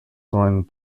throwing